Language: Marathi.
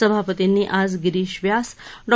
सभापतींनी आज गिरीश व्यास डॉ